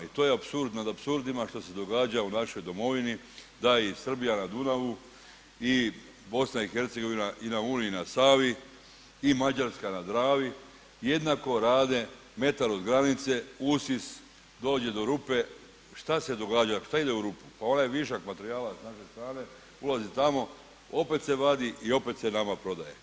I to je apsurd nad apsurdima što se događa u našoj domovini, da i Srbija na Dunavu i BiH i na Uni i na Savi i Mađarska na Dravi jednako rade metar od granice usis dođe do rupe, šta se događa, šta ide u rupu, pa onaj višak materijala s naše strane ulazi tamo, opet se vadi i opet se nama prodaje.